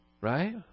Right